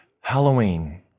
Halloween